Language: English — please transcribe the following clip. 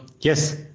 yes